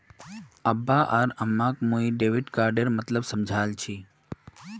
अब्बा आर अम्माक मुई वर्चुअल डेबिट कार्डेर मतलब समझाल छि